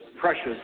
precious